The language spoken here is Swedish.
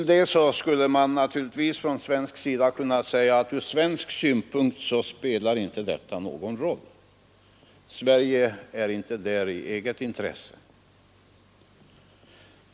Man skulle naturligtvis kunna säga att det ur svensk synpunkt inte spelar någon roll — Sverige är ju inte medlem där i eget intresse.